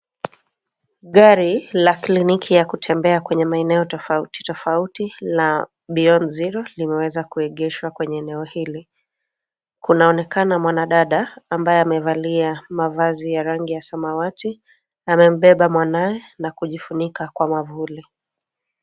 Gari la kliniki ya kutembea kwenye maeneo tofauti tofauti la Beyond Zero limeweza kuegeshwa kwenye eneo hili. Kunaonekana mwana dada ambaye amevalia mavazi ya rangi ya samawati, amembeba mwanawe na kujifunika kwa mwavuli.